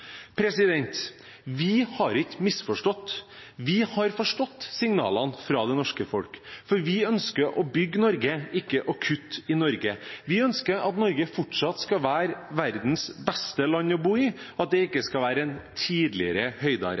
Vi har ikke misforstått. Vi har forstått signalene fra det norske folk, for vi ønsker å bygge Norge, ikke å kutte i Norge. Vi ønsker at Norge fortsatt skal være verdens beste land å bo i, at det ikke skal være en tidligere